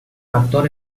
actor